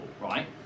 right